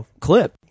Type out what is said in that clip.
clip